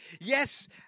Yes